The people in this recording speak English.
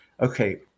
okay